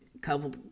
couple